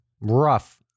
Rough